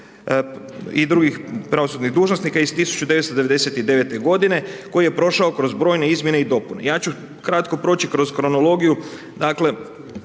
i drugih pravosudnih dužnosnika iz 1999. godine koji je prošao kroz brojne izmjene i dopune. Ja ću kratko proći kroz kronologiju, dakle